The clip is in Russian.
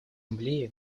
ассамблее